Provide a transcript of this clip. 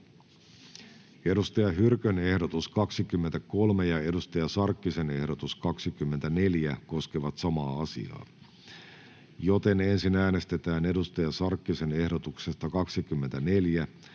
Saara Hyrkön ehdotus 44 ja Hanna Sarkkisen ehdotus 45 koskevat samaa asiaa, joten ensin äänestetään Hanna Sarkkisen ehdotuksesta 45